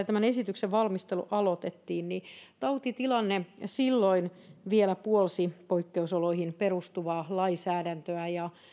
tämän esityksen valmistelu aloitettiin tautitilanne silloin vielä puolsi poikkeusoloihin perustuvaa lainsäädäntöä